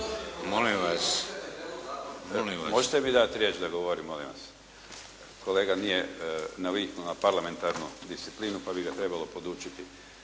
se ne čuje./… … možete mi dati riječ da govorim, molim vas? Kolega nije naviknuo na parlamentarnu disciplinu pa bi ga trebalo podučiti.